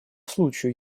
случаю